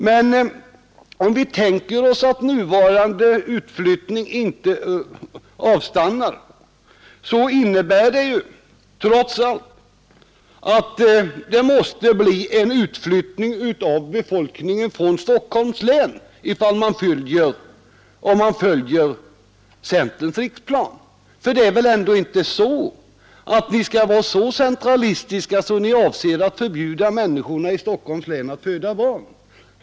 Men om vi tänker oss att nuvarande utflyttning inte avstannar innebär den siffran att det trots allt måste bli en utflyttning av befolkningen från Stockholms län om man följer centerns riksplan. För ni skall väl ändå inte vara så centralistiska att ni avser att förbjuda människorna i Stockholms län att föda barn?